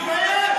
תתבייש.